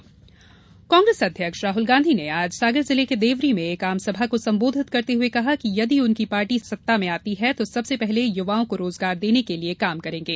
राहुल देवरी कांग्रेस अध्यक्ष राहुल गांधी ने आज सागर जिले के देवरी में एक आम सभा को सम्बोधित करते हुए कहा कि यदि उनकी पार्टी सत्ता में आती है तो सबसे पहले युवाओं को रोजगार देने के लिये काम करेंगे